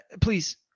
Please